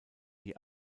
die